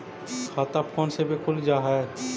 खाता फोन से भी खुल जाहै?